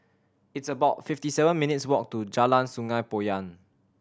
it's about fifty seven minutes' walk to Jalan Sungei Poyan